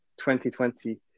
2020